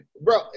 bro